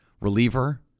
reliever